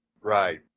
Right